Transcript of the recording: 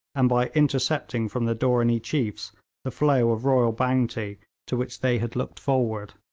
and by intercepting from the dooranee chiefs the flow of royal bounty to which they had looked forward.